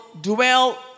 dwell